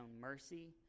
mercy